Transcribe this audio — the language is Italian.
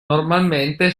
normalmente